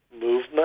movement